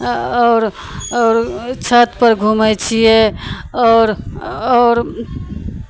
आओर आओर छतपर घूमै छियै आओर आओर